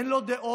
אין לו דעות,